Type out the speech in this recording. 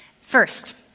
First